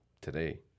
Today